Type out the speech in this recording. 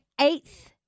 eighth